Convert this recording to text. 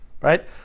right